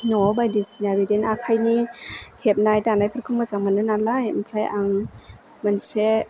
न'आव बायदिसिना बिदिनो आखायनि हेबनाय दानायफोरखौ मोजां मोनो नालाय ओमफ्राय आं मोनसे